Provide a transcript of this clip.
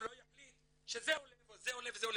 לא יחליט שזה עולה וזה עולה וזה עולה,